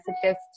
suggest